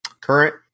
Current